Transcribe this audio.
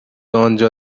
آنجا